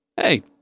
hey